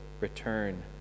return